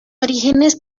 orígenes